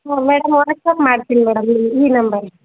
ಹ್ಞೂ madam WhatsApp ಮಾಡ್ತೀನಿ madam ಈ ನಂಬರ್ಗೆ